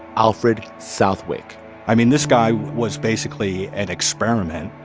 alfred southwick i mean, this guy was basically an experiment,